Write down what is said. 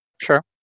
Sure